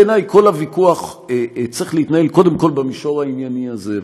בעיניי כל הוויכוח צריך להתנהל קודם כול במישור הענייני הזה,